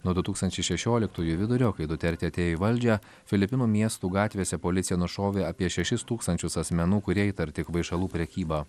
nuo du tūkstančiai šešioliktųjų vidurio kai duterte atėjo į valdžią filipinų miestų gatvėse policija nušovė apie šešis tūkstančius asmenų kurie įtarti kvaišalų prekyba